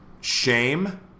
shame